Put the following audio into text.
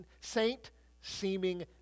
saint-seeming